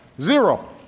zero